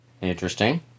Interesting